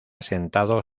asentado